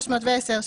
310,